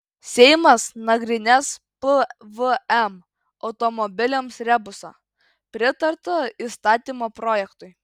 seimas nagrinės pvm automobiliams rebusą pritarta įstatymo projektui